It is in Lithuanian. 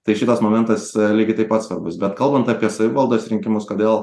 tai šitas momentas lygiai taip pat svarbus bet kalbant apie savivaldos rinkimus kodėl